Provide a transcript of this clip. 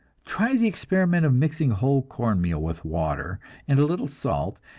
try the experiment of mixing whole corn meal with water and a little salt,